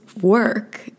work